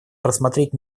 посмотреть